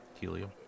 helium